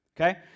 Okay